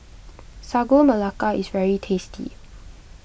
Sagu Melaka is very tasty